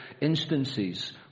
instances